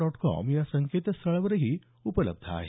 dot com या संकेतस्थळावरही उपलब्ध आहे